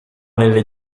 nelle